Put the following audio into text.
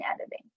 editing